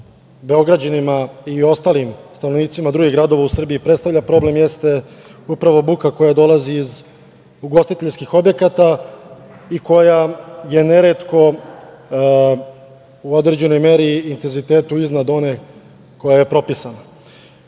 Beograđanima i ostalim stanovnicima drugih gradova u Srbiji predstavlja problem jeste upravo buka koja dolazi iz ugostiteljskih objekata i koja je neretko u određenoj meri i intenzitetu iznad one koja je propisana. Mi